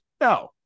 No